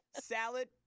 Salad